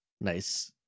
nice